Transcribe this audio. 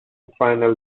final